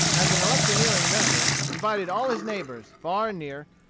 as an electioneering measure, invited all his neighbors, far and near,